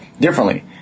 differently